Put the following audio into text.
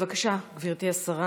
בבקשה, גברתי השרה